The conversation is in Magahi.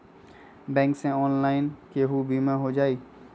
बैंक से ऑनलाइन केहु बिमा हो जाईलु?